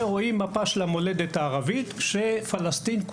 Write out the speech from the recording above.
רואים מפה של המולדת הערבית, שהיא כולה פלסטין.